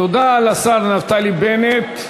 תודה לשר נפתלי בנט.